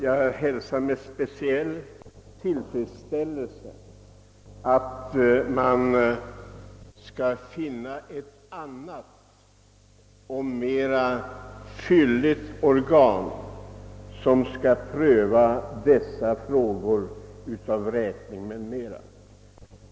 Jag hälsar med speciell tillfredsställelse den mening i svaret som säger att man har för avsikt att inrätta ett annat organ än vi nu har för att pröva vräkningsärenden.